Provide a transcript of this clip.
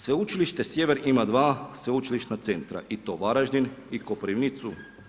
Sveučilište sjever ima dva sveučilišna centra i to Varaždin i Koprivnicu.